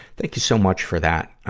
thank you so much for that.